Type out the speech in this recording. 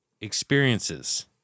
experiences